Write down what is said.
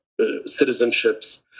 citizenships